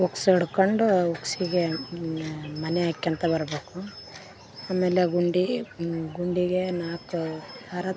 ಉಕ್ಸ್ ಇಡ್ಕೊಂಡು ಹುಕ್ಸಿಗೆ ಮನೆ ಹಾಕ್ಯಂತ ಬರಬೇಕು ಆಮೇಲೆ ಗುಂಡಿ ಗುಂಡಿಗೆ ನಾಲ್ಕು ದಾರ